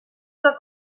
una